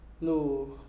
No